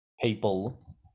people